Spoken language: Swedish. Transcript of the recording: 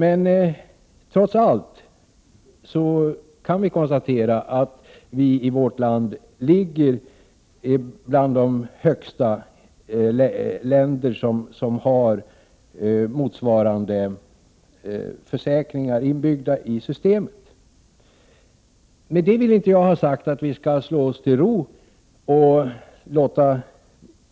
Men trots allt kan vi konstatera att vi i vårt land ligger högt bland de länder som har motsvarande försäkringar inbyggda i systemet. Med detta vill jag inte ha sagt att vi skall slå oss till ro och låta